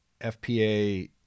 FPA